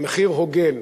במחיר הוגן.